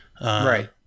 Right